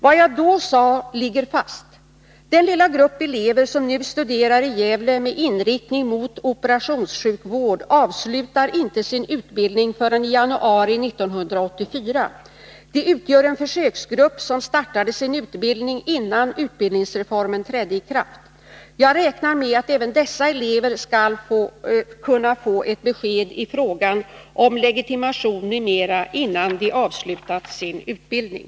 Vad jag då sade ligger fast. Den lilla grupp elever som nu studerar i Gävle med inriktning på operationssjukvård avslutar inte sin utbildning förrän i januari 1984. De utgör en försöksgrupp som startade sin utbildning innan utbildningsreformen trädde i kraft. Jag räknar med att även dessa elever skall kunna få ett besked i fråga om legitimation m.m. innan de har avslutat sin utbildning.